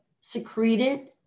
secreted